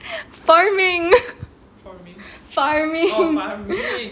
farming farming